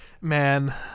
Man